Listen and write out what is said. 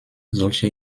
solche